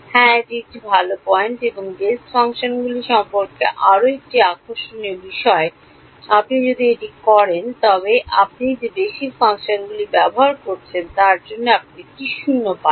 হ্যাঁ এটি একটি ভাল পয়েন্ট এবং এই বেস ফাংশনগুলি সম্পর্কে আরও একটি আকর্ষণীয় বিষয় আপনি যদি এটি করেন তবে আপনি যে বেসিক ফাংশনগুলি ব্যবহার করছেন তার জন্য আপনি একটি শূন্য পান